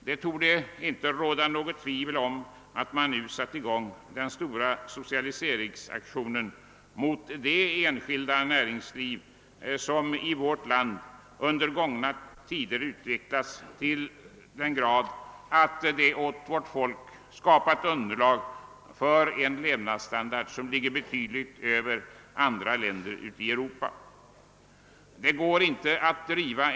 Det torde inte råda något tvivel om att man satt i gång en stor socialiseringsaktion mot det enskilda näringslivet, som i vårt land under gångna tider utvecklats till en sådan effektivitet att det åt vårt folk skapat underlag för en levnadsstandard, vilken är betydligt högre än vad man har i andra länder i Europa.